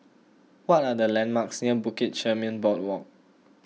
what are the landmarks near Bukit Chermin Boardwalk